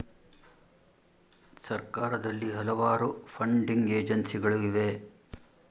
ಸರ್ಕಾರದಲ್ಲಿ ಹಲವಾರು ಫಂಡಿಂಗ್ ಏಜೆನ್ಸಿಗಳು ಇವೆ